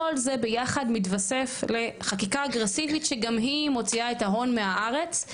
כל זה ביחד מתווסף לחקיקה אגרסיבית שגם היא מוציאה את ההון מהארץ,